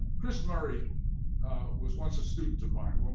chris murray was once a student of mine.